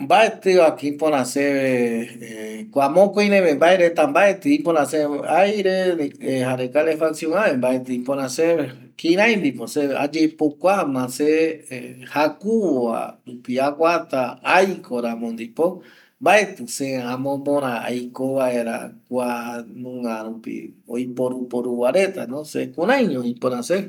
Mbaetɨ guako ipöra seve kua mokoi reve kuareta mbaetɨ ipöra se aire ajre kalefaccion äve mbaetɨ ipöra seve kiraindipo se ayepokuama se jakuvova rupi agata aiko ramo ndipo mbaetɨ se aiko vaera kua nungarupi oiporu poru varetano se kuraiñova ipöra se